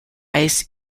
ice